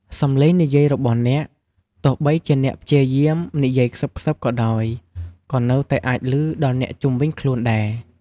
សំឡេងនិយាយរបស់អ្នក ទោះបីជាអ្នកព្យាយាមនិយាយខ្សឹបៗក៏ដោយ ក៏នៅតែអាចឮដល់អ្នកជុំវិញខ្លួនដែរ។